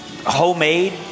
Homemade